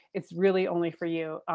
it's really only for you.